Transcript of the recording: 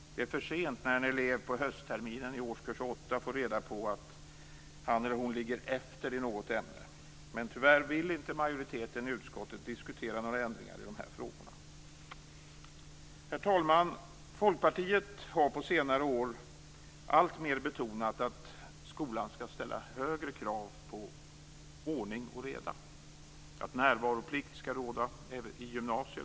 Det är för sent när en elev på höstterminen i årskurs 8 får reda på att han eller hon ligger efter i något ämne. Tyvärr vill inte majoriteten i utskottet diskutera några ändringar när det gäller dessa frågor. Herr talman! Folkpartiet har under senare år alltmer betonat att skolan skall ställa högre krav på ordning och reda. Närvaroplikt skall råda i gymnasiet.